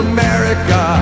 America